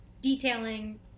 Detailing